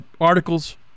articles